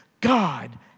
God